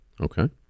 okay